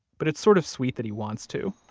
but it's sort of sweet that he wants to.